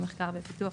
למחקר ופיתוח,